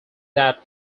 that